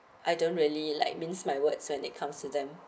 I don't really like means my words when it comes to them